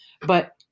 but-